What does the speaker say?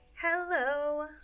Hello